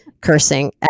cursing